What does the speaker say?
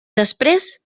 després